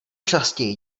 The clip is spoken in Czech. častěji